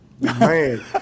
man